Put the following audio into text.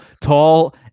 Tall